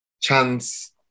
chance